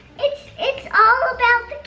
it's it's all about